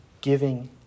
giving